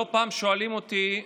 לא פעם שואלים אותי: